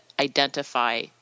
identify